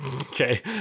Okay